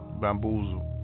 Bamboozle